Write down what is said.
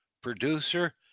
producer